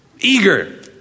eager